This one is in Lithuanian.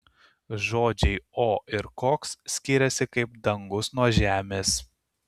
žodžiai o ir koks skiriasi kaip dangus nuo žemės